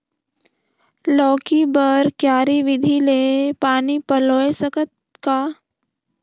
लौकी बर क्यारी विधि ले पानी पलोय सकत का?